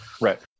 right